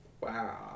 Wow